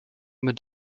mit